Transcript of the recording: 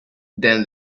then